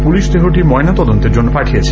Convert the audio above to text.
police দেহটি ময়না তদন্তের জন্য পাঠিয়েছে